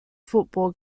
football